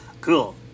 Cool